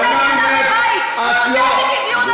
הוא עונה לי על הר-הבית --- הוא לא מדבר על הכותל.